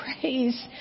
praise